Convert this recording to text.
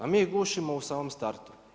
A mi ih gušimo u samome startu.